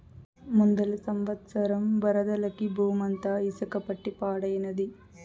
ముందల సంవత్సరం వరదలకి బూమంతా ఇసక పట్టి పాడైనాది